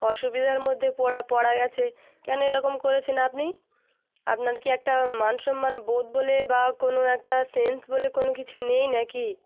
অসুবিধার মধ্যে পড়া পড়া গিয়েছে কেন এরকম করেছেন আপনি আপনার কী একটা মান সম্মান বোধ বলে বা কোনো একটা সেন্স বলে কোনো কিছু নেই না কি